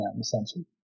essentially